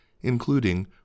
including